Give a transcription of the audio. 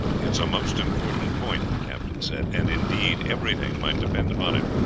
it is a most important point, the captain said and indeed, everything might depend upon it.